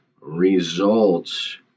results